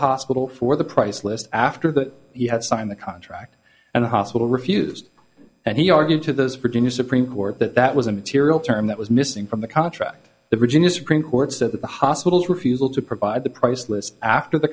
hospital for the price list after that he had signed the contract and the hospital refused and he argued to those virginia supreme court that that was a material term that was missing from the contract the virginia supreme court said that the hospitals refusal to provide the price list after the